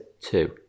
Two